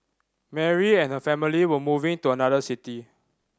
Mary and her family were moving to another city